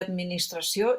administració